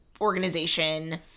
organization